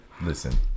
Listen